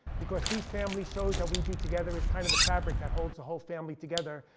because these family shows that we do together is kind of the fabric that holds the whole family together.